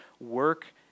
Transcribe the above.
work